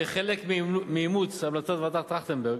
כחלק מאימוץ המלצות ועדת-טרכטנברג,